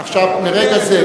מרגע זה,